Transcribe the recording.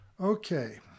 okay